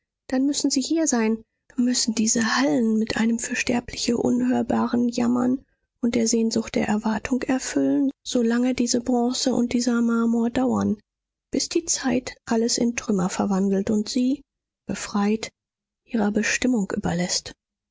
dann müssen sie hier sein müssen diese hallen mit einem für sterbliche unhörbaren jammern und der sehnsucht der erwartung erfüllen so lange diese bronze und dieser marmor dauern bis die zeit alles in trümmer verwandelt und sie befreit ihrer bestimmung überläßt